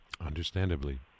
Understandably